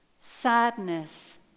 sadness